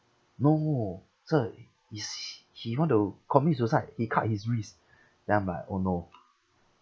no sir he's he want to commit suicide he cut his wrist then I'm like oh no